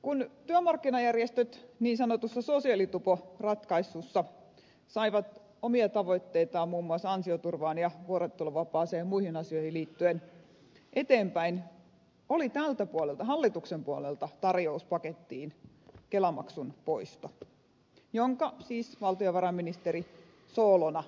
kun työmarkkinajärjestöt niin sanotussa sosiaalituporatkaisussa saivat omia tavoitteitaan eteenpäin muun muassa ansioturvaan ja vuorotteluvapaaseen ja muihin asioihin liittyen oli tältä puolelta hallituksen puolelta tarjouspakettina kelamaksun poisto jonka siis valtiovarainministeri soolona lupasi